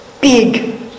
Big